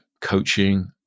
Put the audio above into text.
coaching